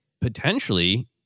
potentially